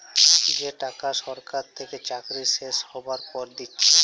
যে টাকা সরকার থেকে চাকরি শেষ হ্যবার পর দিচ্ছে